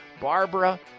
Barbara